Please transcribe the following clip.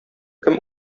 кем